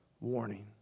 warning